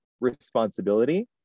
responsibility